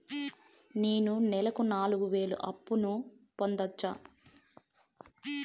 నేను నెలకు నాలుగు వేలు అప్పును పొందొచ్చా?